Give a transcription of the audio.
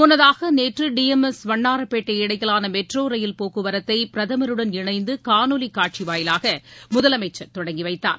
முன்னதாக நேற்று டிளம்எஸ் வண்ணாரப்பேட்டை இடையிலான மெட்ரோ ரயில் போக்குவரத்தை பிரதமருடன் இணைந்து காணொலிக் காட்சி வாயிலாக முதலமைச்சர் தொடங்கி வைத்தார்